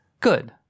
Good